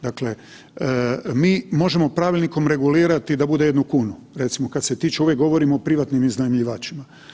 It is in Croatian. Dakle mi možemo pravilnikom regulirati da bude jednu kunu recimo kad se tiču uvijek govorimo o privatnim iznajmljivačima.